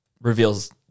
reveals